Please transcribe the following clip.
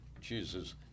Jesus